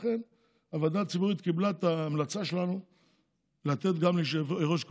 לכן הוועדה הציבורית קיבלה את ההמלצה שלנו לתת גם ליושב-ראש הקואליציה.